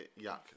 Yuck